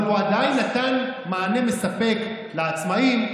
אבל הוא עדיין נתן מענה מספק לעצמאים,